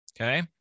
okay